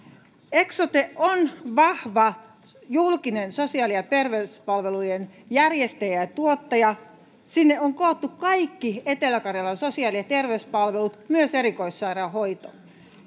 eksote on vahva julkinen sosiaali ja terveyspalvelujen järjestäjä ja tuottaja sinne on koottu kaikki etelä karjalan sosiaali ja terveyspalvelut myös erikoissairaanhoito